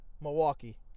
Milwaukee